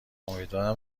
امیدوارم